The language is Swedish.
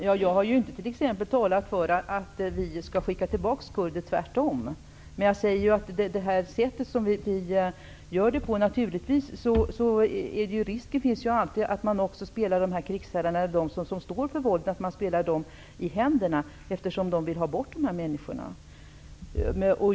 Herr talman! Jag har inte talat för att vi skall skicka tillbaka kurder, tvärtom. Men jag säger att det sätt som vi gör det på naturligtvis alltid innebär en risk för att man spelar krigsherrarna i händerna, de som står för våld, eftersom de vill ha bort de här människorna.